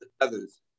others